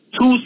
two